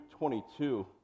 22